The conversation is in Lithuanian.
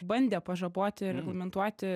bandė pažaboti reglamentuoti